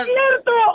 cierto